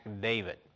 David